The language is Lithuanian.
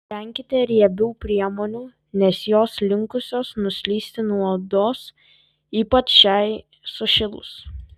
venkite riebių priemonių nes jos linkusios nuslysti nuo odos ypač šiai sušilus